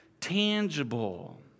tangible